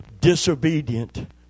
disobedient